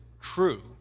true